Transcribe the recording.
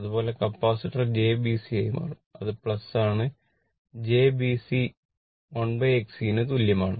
അതുപോലെ capacitor jB C ആയി മാറും അത് ആണ് jB C 1XC ന് തുല്യമാണ്